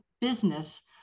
business